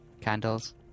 Candles